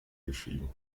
geschrieben